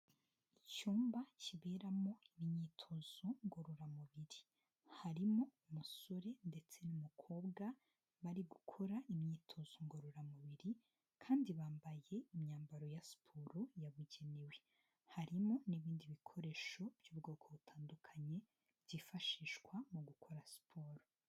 Icyumba kiberamo imyitozo ngororamubiri, harimo umusore ndetse n'umukobwa bari gukora imyitozo ngororamubiri kandi bambaye imyambaro ya siporo yabugenewe, harimo n'ibindi bikoresho by'ubwoko butandukanye, byifashishwa mu gukora siporo.